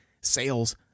sales